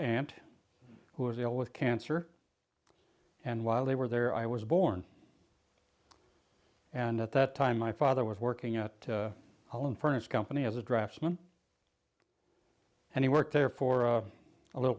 aunt who was ill with cancer and while they were there i was born and at that time my father was working at holland furnished company as a draftsman and he worked there for a little